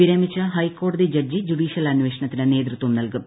വിരമിച്ച ഹൈക്കോടതി judge judicial അന്വേഷണത്തിന് നേതൃത്വം നൽകും